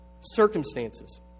Circumstances